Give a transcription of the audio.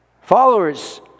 Followers